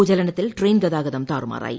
ഭൂചലനത്തിൽ train ഗതാഗതം താറുമാറായി